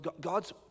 God's